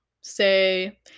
say